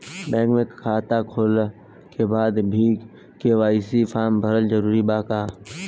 Bank में खाता होला के बाद भी के.वाइ.सी फार्म भरल जरूरी बा का?